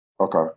Okay